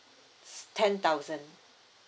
ten thousand